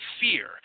fear